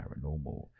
paranormal